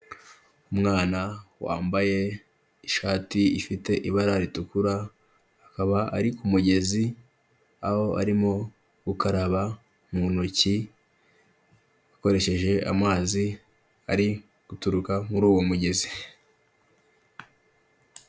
Umwana wambaye ishati ifite ibara ritukura, akaba ari ku mugezi, aho arimo gukaraba mu ntoki akoresheje amazi ari guturuka muri uwo mugezi.